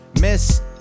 Miss